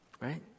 right